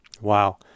Wow